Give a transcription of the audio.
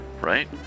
right